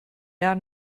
down